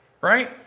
right